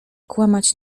kłamać